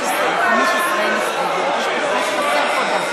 מי לא יהיה יו"ר הקואליציה הבא?